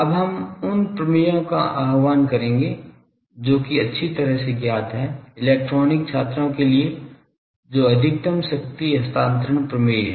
अब हम उन प्रमेयों का आह्वान करेंगे जो कि अच्छी तरह से ज्ञात हैं इलेक्ट्रॉनिक छात्रों के लिए जो अधिकतम शक्ति हस्तांतरण प्रमेय हैं